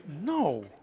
No